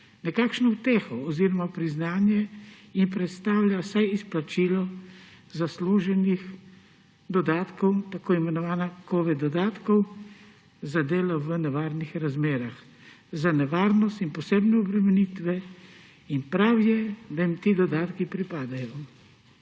Nekakšno uteho oziroma priznanje jim predstavlja vsaj izplačilo zasluženih dodatkov, tako imenovanih covid dodatkov za delo v nevarnih razmerah, za nevarnost in posebne obremenitve, in prav je, da jim ti dodatki pripadajo.